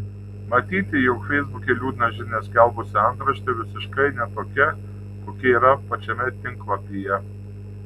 matyti jog feisbuke liūdną žinią skelbusi antraštė visiškai ne tokia kokia yra pačiame tinklapyje